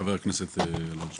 חבר הכנסת אלון שוסטר.